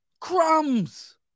Crumbs